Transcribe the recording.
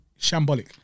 Shambolic